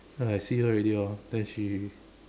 then I see her already hor then she